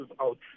out